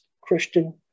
Christian